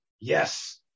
yes